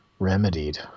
remedied